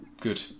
Good